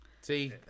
See